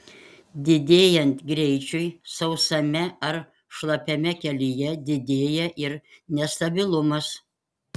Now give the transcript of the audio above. didėjant greičiui sausame ar šlapiame kelyje didėja ir nestabilumas